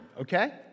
Okay